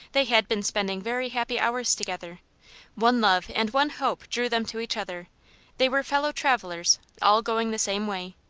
they had been spending very happy hours together one love and one hope drew them to each other they were fellow travellers, all going the same way,